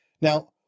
now